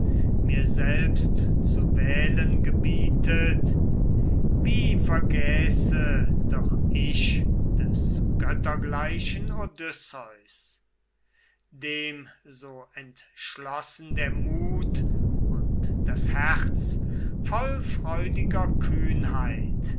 mir selbst zu wählen gebietet wie vergäße doch ich des göttergleichen odysseus dem so entschlossen der mut und das herz voll freudiger kühnheit